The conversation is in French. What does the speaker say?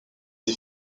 des